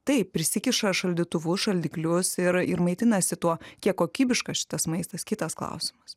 taip prisikiša šaldytuvus šaldiklius ir ir maitinasi tuo kiek kokybiškas šitas maistas kitas klausimas